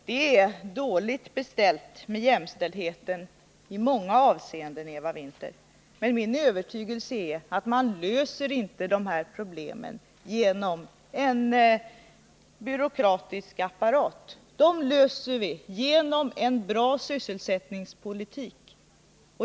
Det är dåligt beställt med jämställdheten i många avseenden, Eva Winther. Men det är min övertygelse att man inte löser dessa problem genom en byråkratisk apparat, utan att vi löser dem genom en bra sysselsättnings politik.